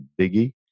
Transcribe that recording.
biggie